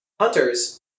hunters